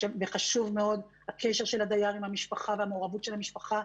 וחשובים מאוד הקשר של הדייר עם המשפחה והמעורבות של המשפחה.